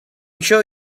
sure